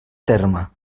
terme